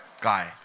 guy